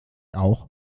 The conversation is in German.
auch